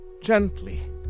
gently